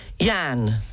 Jan